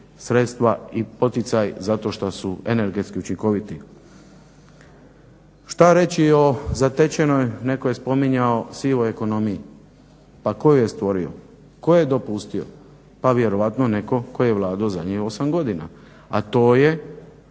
sredstva i poticaj zato što su energetski učinkovit. Šta reći o zatečenoj, neko je spominjao, sivoj ekonomiji? Pa ko ju je stvorio, ko je dopustio? Pa vjerojatno neko ko je vladao zadnjih 8 godina, a to je